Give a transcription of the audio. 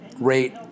rate